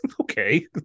okay